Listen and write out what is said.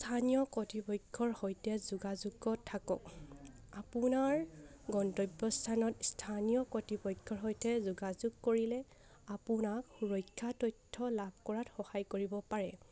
স্থানীয় কৰ্তৃপক্ষৰ সৈতে যোগাযোগত থাকক আপোনাৰ গন্তব্যস্থানত স্থানীয় কৰ্তৃপক্ষৰ সৈতে যোগাযোগ কৰিলে আপোনাক সুৰক্ষা তথ্য লাভ কৰাত সহায় কৰিব পাৰে